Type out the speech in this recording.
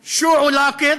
תרגומם: